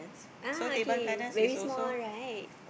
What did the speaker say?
ah okay very small right